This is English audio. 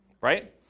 right